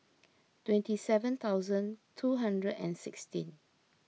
twenty seven thousand two hundred and sixteen